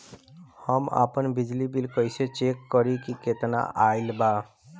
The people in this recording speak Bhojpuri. हम आपन बिजली बिल कइसे चेक करि की केतना आइल बा?